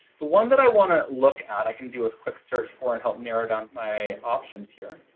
the one that i want to look at, i can do a quick search for and help narrow down my options here.